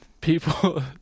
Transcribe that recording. people